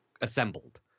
assembled